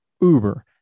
uber